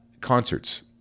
Concerts